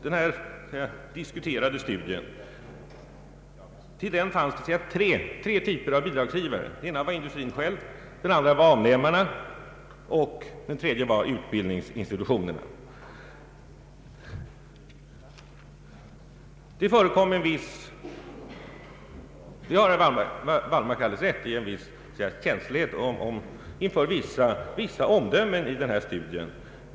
Till denna studie fanns det tre typer av bidragsgivare. Den första var industrin själv, den andra var avnämarna och den tredje var utbildningsinstitutionerna. Herr Wallmark har alldeles rätt i att det förekom viss känslighet inför en del omdömen i denna studie.